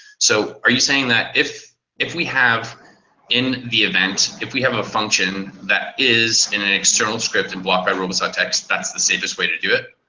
so are you saying that if if we have in the event, if we have a function that is in an external script in block by robots txt, that's the safest way to do it?